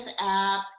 app